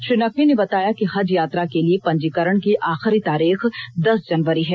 श्री नकवी ने बताया कि हज यात्रा के लिए पंजीकरण की आखिरी तारीख दस जनवरी है